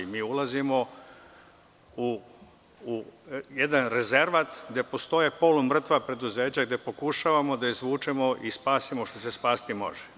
Mi ulazimo u jedan rezervat gde postoje polumrtva preduzeća, gde pokušavamo da izvučemo i spasimo što se spasiti može.